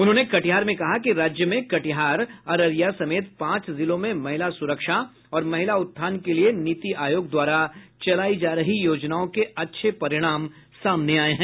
उन्होंने कहा कि राज्य में कटिहार अररिया समेत पांच जिलों में महिला सुरक्षा और महिला उत्थान के लिये नीति आयोग द्वारा चलायी जा रही योजनाओं के अच्छे परिणाम सामने आये हैं